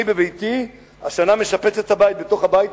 אני בביתי משפץ השנה את הבית בתוך הבית,